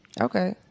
Okay